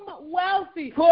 wealthy